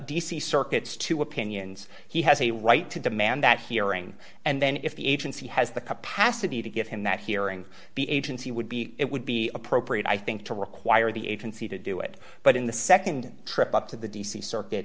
c circuits to opinions he has a right to demand that hearing and then if the agency has the capacity to give him that hearing the agency would be it would be appropriate i think to require the agency to do it but in the nd trip up to the d c circuit